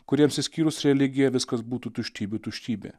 kuriems išskyrus religiją viskas būtų tuštybių tuštybė